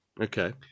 Okay